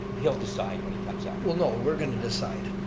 he'll decide when he comes up. well, no, we're going to decide.